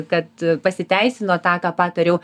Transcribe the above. kad pasiteisino tą ką patariau